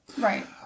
Right